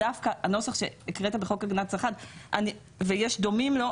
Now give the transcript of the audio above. הנוסח שהקראת מחוק הגנת הצרכן ויש דומים לו,